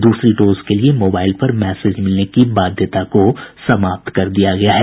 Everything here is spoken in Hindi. दूसरी डोज के लिए मोबाईल पर मैसेज मिलने की बाध्यता को समाप्त कर दिया गया है